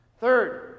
Third